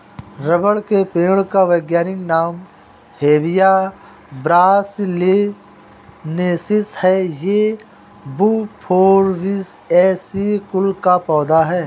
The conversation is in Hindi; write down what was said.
रबर के पेड़ का वैज्ञानिक नाम हेविया ब्रासिलिनेसिस है ये युफोर्बिएसी कुल का पौधा है